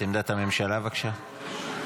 את עמדת הממשלה, בבקשה.